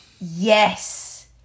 yes